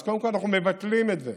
אז קודם כול אנחנו מבטלים את זה,